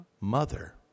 mother